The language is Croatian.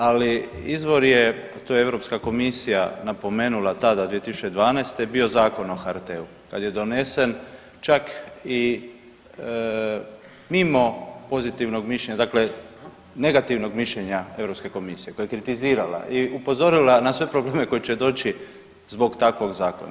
Ali izvor je, to je Europska Komisija napomenula tada, 2012. je bio Zakon o HRT-u, kad je donesen čak i mimo pozitivnog mišljenja, dakle negativnog mišljenja Europske Komisije, koja je kritizirala i upozorila na sve probleme koji će doći zbog takvog Zakona.